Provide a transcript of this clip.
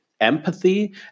empathy